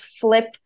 flip